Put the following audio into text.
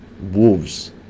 wolves